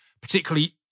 particularly